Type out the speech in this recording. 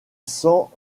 cent